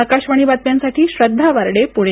आकाशवाणी बातम्यांसाठी श्रद्धा वारडे पुणे